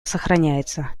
сохраняется